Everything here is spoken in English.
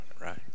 Right